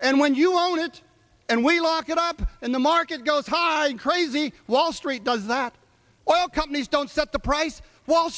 and when you own it and we lock it up in the market goes high crazy wall street does that oil companies don't set the price wall